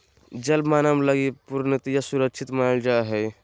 जल मानव लगी पूर्णतया सुरक्षित मानल जा हइ